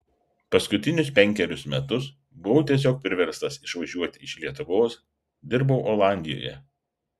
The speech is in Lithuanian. paskutinius penkerius metus buvau tiesiog priverstas išvažiuoti iš lietuvos dirbau olandijoje